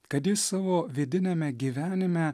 kad jis savo vidiniame gyvenime